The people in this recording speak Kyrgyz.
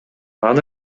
аны